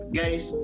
guys